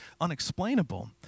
unexplainable